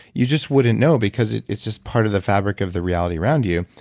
you just wouldn't know because it's it's just part of the fabric of the reality around you.